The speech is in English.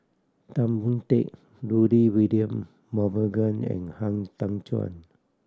Tan Boon Teik Rudy William Mosbergen and Han Tan Juan